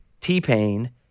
T-Pain